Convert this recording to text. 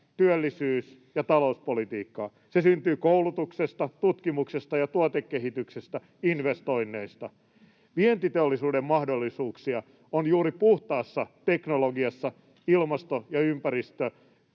työllisyys‑ ja talouspolitiikkaa. Se syntyy koulutuksesta, tutkimuksesta ja tuotekehityksestä, investoinneista. Vientiteollisuuden mahdollisuuksia on juuri puhtaassa teknologiassa, ilmasto‑ ja